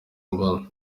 mbona